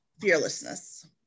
fearlessness